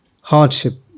hardship